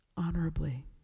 Honorably